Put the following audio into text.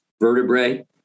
vertebrae